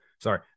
sorry